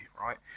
right